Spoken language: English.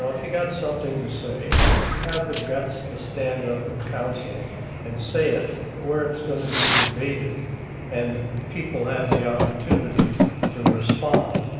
ah if you got something to say have the guts to stand up in council and say it where it's going to be debated and people have the opportunity to respond,